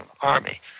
army